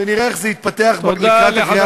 ונראה איך זה יתפתח לקראת הקריאה השנייה והשלישית.